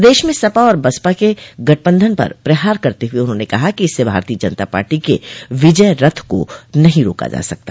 प्रदेश में सपा और बसपा के गठबंधन पर प्रहार करते हुए उन्होंने कहा कि इससे भारतीय जनता पार्टी के विजय रथ को नहीं रोका जा सकता